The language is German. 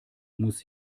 muss